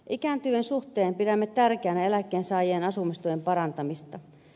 ikääntyvien suhteen pidämme tärkeänä eläkkeensaajien asumistuen parantamista